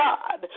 God